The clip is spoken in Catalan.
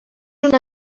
una